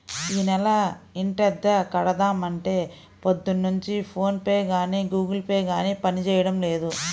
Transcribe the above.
యీ నెల ఇంటద్దె కడదాం అంటే పొద్దున్నుంచి ఫోన్ పే గానీ గుగుల్ పే గానీ పనిజేయడం లేదు